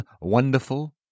wonderful